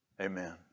Amen